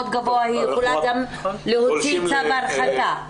גבוה היא יכולה גם להוציא צו הרחקה.